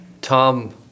Tom